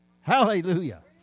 Hallelujah